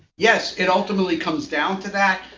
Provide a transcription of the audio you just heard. yes, it ultimately comes down to that.